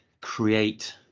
create